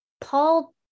Paul